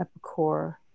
Epicor